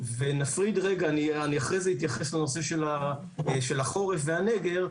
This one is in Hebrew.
אני אחרי זה אתייחס לנושא של החורף והנגר,